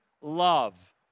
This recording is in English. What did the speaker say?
love